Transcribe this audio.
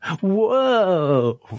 Whoa